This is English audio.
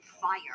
fire